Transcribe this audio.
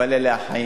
אבל אלה החיים.